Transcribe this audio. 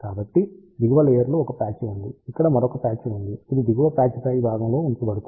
కాబట్టి దిగువ లేయర్ లో ఒక పాచ్ ఉంది ఇక్కడ మరొక ప్యాచ్ ఉంది ఇది దిగువ ప్యాచ్ పై భాగంలో ఉంచబడుతుంది